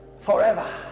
forever